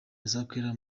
azakorera